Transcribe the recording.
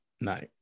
No